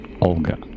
Olga